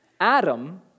Adam